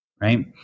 right